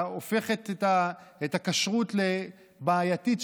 שהופכת את הכשרות לבעייתית,